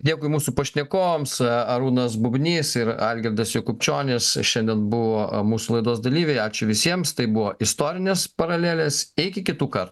dėkui mūsų pašnekovams arūnas bubnys ir algirdas jakubčionis šiandien buvo mūsų laidos dalyviai ačiū visiems tai buvo istorinės paralelės iki kitų kartų